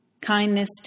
Kindness